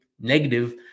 negative